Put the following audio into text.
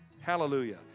Hallelujah